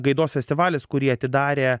gaidos festivalis kurį atidarė